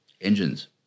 engines